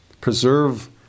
preserve